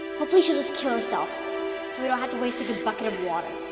hopefully she'll just kill herself so we don't have to waste a good bucket of water.